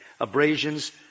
Abrasions